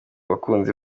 bakunzi